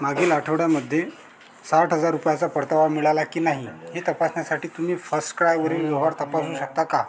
मागील आठवड्यामध्ये साठ हजार रुपयाचा परतावा मिळाला की नाही हे तपासण्यासाठी तुम्ही फस्सक्रायवरील व्यवहार तपासू शकता का